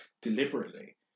deliberately